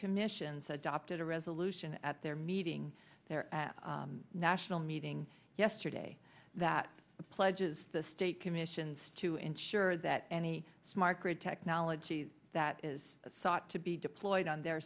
commissions adopted a resolution at their meeting their national meeting yesterday that pledges the state commissions to ensure that any smart grid technology that is sought to be deployed on their